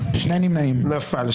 הצבעה לא אושרה נפל.